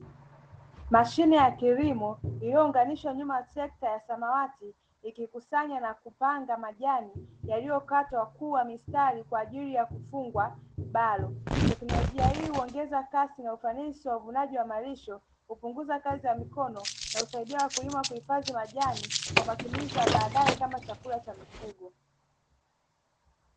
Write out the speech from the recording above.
Mashine ya kilimo iliyo unganishwa nyuma ya trekta ya samawati, ikikusanya na kupanga majani yaliyo katwa kuwa mistari kwa ajili ya kufungwa balo. Teknolojia hii huongeza Kasi na ufanisi wa malisho, kupunguza kazi za mikono kuwasaidia wakulima kuhifadhi majani kwa matumizi ya badae kama chakula cha mifugo.